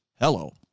Hello